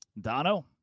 Dono